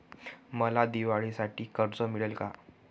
मला दिवाळीसाठी कर्ज मिळेल का?